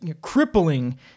crippling